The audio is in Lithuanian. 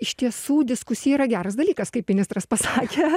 iš tiesų diskusija yra geras dalykas kaip ministras pasakė